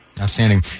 Outstanding